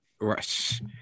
Rush